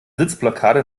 sitzblockade